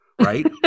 right